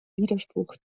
widerspruch